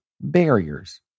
barriers